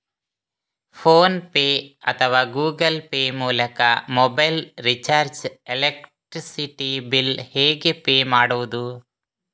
Phone pay ಅಥವಾ Google pay ಮೂಲಕ mobile recharge, electricity bill ಹೇಗೆ ಪೇ ಮಾಡುವುದು?